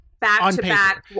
back-to-back